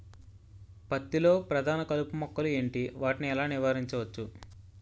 పత్తి లో ప్రధాన కలుపు మొక్కలు ఎంటి? వాటిని ఎలా నీవారించచ్చు?